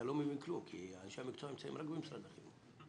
אתה לא מבין כלום כי אנשי המקצוע נמצאים רק במשרד החינוך,